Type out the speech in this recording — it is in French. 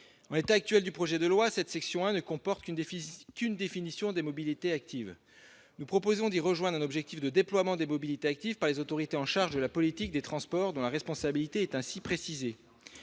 En l'état actuel du projet de loi, la section 1 ne comporte qu'une définition. Nous proposons d'y adjoindre un objectif de déploiement des mobilités actives par les autorités chargées de la politique des transports, dont la responsabilité est ainsi précisée.